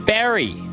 Barry